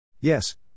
Yes